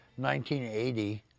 1980